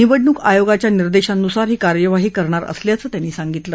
निवडणूक आयोगाच्या निर्देशांनुसार ही कार्यवाही करणार असल्याचं त्यांनी सांगितलं